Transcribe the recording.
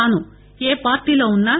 తాను ఏ పార్టీలో ఉన్నా